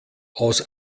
aus